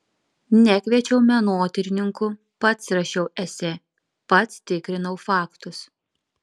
nekviečiau menotyrininkų pats rašiau esė pats tikrinau faktus